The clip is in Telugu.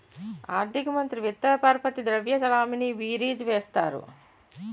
ఆర్థిక మంత్రి విత్త పరపతి ద్రవ్య చలామణి బీరీజు వేస్తారు